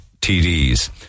TDs